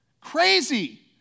Crazy